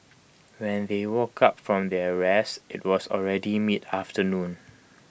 when they woke up from their rest IT was already mid afternoon